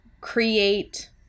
create